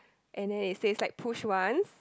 and then it says like push once